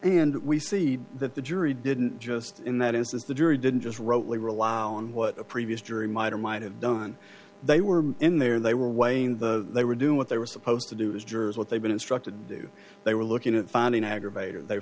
and we see that the jury didn't just in that instance the jury didn't just wrote they rely on what the previous jury might or might have done they were in there they were weighing the they were doing what they were supposed to do is jurors what they've been instructed to do they were looking at finding an aggravator they